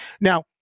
now